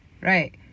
Right